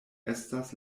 estas